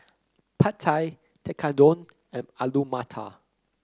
Pad Thai Tekkadon and Alu Matar